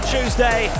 Tuesday